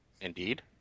Indeed